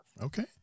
Okay